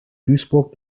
duisburg